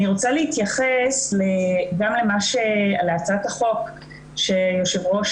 אני רוצה להתייחס להצעת החוק שהיושב ראש